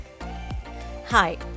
Hi